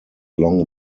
long